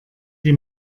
die